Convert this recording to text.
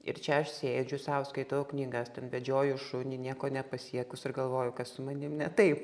ir čia aš sėdžiu sau skaitau knygas ten vedžioju šunį nieko nepasiekus ir galvoju kas su manim ne taip